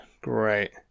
Great